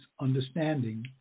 understanding